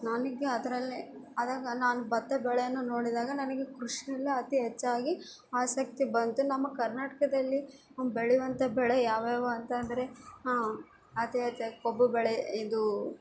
ನನಗೆ ಅದರಲ್ಲೆ ಅದಕ್ಕೆ ನಾನು ಬತ್ತ ಬೆಳೆಯನ್ನು ನೋಡಿದಾಗ ನನಗೆ ಕೃಷಿಯಲ್ಲ ಅತೀ ಹೆಚ್ಚಾಗಿ ಆಸಕ್ತಿ ಬಂತು ನಮ್ಮ ಕರ್ನಾಟಕದಲ್ಲಿ ಬೆಳಿವಂತೆ ಬೆಳೆ ಯಾವುಯಾವು ಅಂತಂದರೆ ಅತೀ ಹೆಚ್ಚಾಗ್ ಕಬ್ಬು ಬೆಳೆ ಇದು